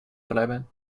bleiben